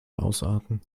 ausarten